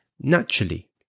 naturally